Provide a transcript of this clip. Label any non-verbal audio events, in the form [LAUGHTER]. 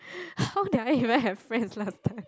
[LAUGHS] how did I even have friends last time